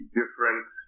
different